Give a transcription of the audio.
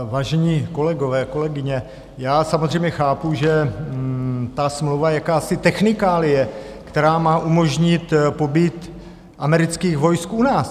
Vážení kolegové, kolegyně, já samozřejmě chápu, že ta smlouva je jakási technikálie, která má umožnit pobyt amerických vojsk u nás.